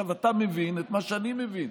אתה מבין את מה שאני מבין,